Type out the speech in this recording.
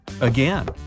Again